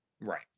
Right